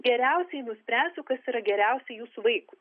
geriausiai nuspręsiu kas yra geriausia jūsų vaikui